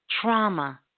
trauma